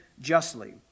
justly